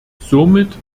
somit